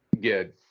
Good